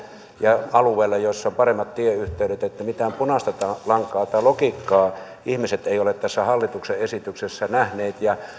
ja alueilla joilla on paremmat tieyhteydet että mitään punaista lankaa tai logiikkaa ihmiset eivät ole tässä hallituksen esityksessä nähneet ja